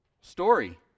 story